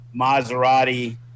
Maserati